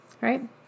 right